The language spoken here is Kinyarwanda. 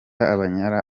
abyarana